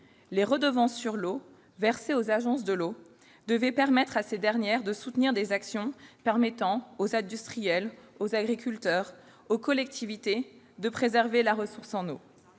Les redevances sur l'eau, versées aux agences de l'eau, devaient donner à ces dernières les moyens de soutenir des actions permettant aux industriels, aux agriculteurs, aux collectivités, de préserver la ressource en eau.